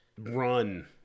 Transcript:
run